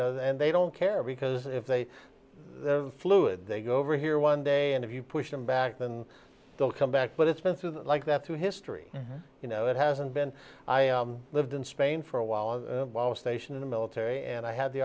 don't and they don't care because if they fluid they go over here one day and if you push them back then they'll come back but it's been like that through history you know it hasn't been lived in spain for a while i was stationed in the military and i had the